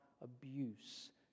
abuse